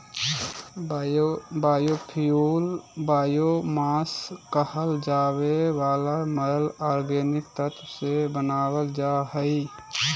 biofuel biomass कहल जावे वाला मरल ऑर्गेनिक तत्व से बनावल जा हइ